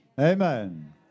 Amen